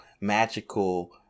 magical